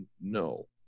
No